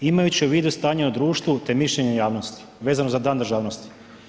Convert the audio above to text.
Imajući u vidu stanje u društvu te mišljenje javnosti vezano za Dan državnosti.